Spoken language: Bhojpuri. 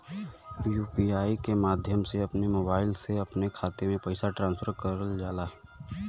यू.पी.आई के माध्यम से अपने मोबाइल से अपने खाते में पइसा ट्रांसफर करल जा सकला